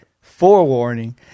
Forewarning